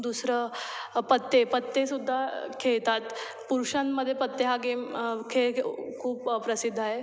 दुसरं पत्ते पत्तेसुद्धा खेळतात पुरुषांमध्ये पत्ते हा गेम खेळ गे ऊ ऊ ऊ खूप प्रसिद्ध आहे